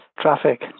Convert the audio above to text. traffic